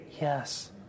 Yes